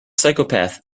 psychopath